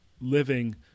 living